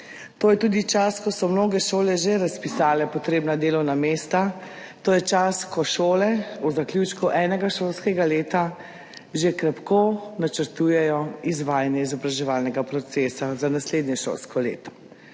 To je tudi čas, ko so mnoge šole že razpisale potrebna delovna mesta, to je čas, ko šole v zaključku enega šolskega leta že krepko načrtujejo izvajanje izobraževalnega procesa za naslednje šolsko leto.